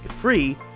free